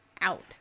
out